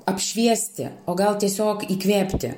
apšviesti o gal tiesiog įkvėpti